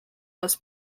was